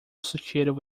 associated